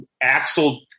Axel